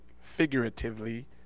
figuratively